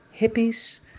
hippies